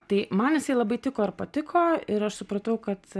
tai man jisai labai tiko ir patiko ir aš supratau kad